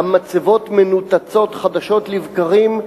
המצבות מנותצות חדשות לבקרים.